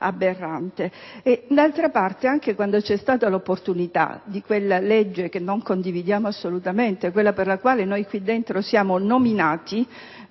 D'altra parte, anche quando c'è stata l'opportunità di quella legge - che non condividiamo assolutamente - per la quale noi qui dentro siamo nominati,